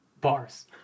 bars